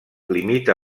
limita